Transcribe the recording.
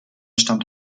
stammt